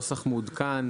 נוסח מעודכן,